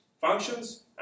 functions